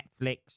Netflix